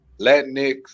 Latinx